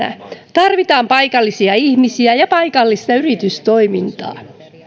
tarvitaan paikallisia ihmisiä ja paikallista yritystoimintaa